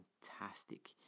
fantastic